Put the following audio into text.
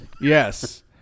yes